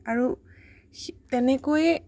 আৰু তেনেকৈয়ে